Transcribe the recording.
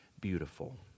beautiful